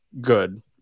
good